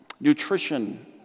nutrition